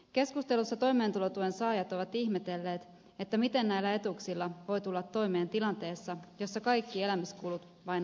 keskustelussa toimeentulotuen saajat ovat ihmetelleet miten näillä etuuksilla voi tulla toimeen tilanteessa jossa kaikki elämiskulut vain nousevat